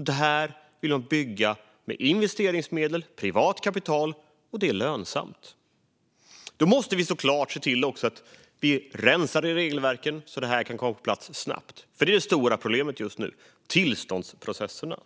Det här vill man bygga med investeringsmedel och privat kapital, och det är lönsamt. Då måste vi såklart se till att rensa i regelverken så att det kan komma på plats snabbt, för det stora problemet just nu är tillståndsprocesserna.